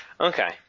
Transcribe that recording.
Okay